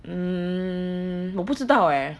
mm 我不知道 eh